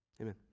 Amen